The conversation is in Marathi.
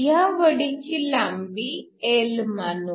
ह्या वडीची लांबी L मानू